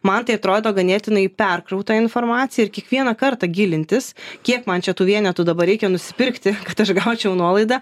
man tai atrodo ganėtinai perkrauta informacija ir kiekvieną kartą gilintis kiek man čia tų vienetų dabar reikia nusipirkti kad aš gaučiau nuolaidą